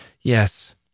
Yes